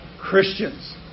Christians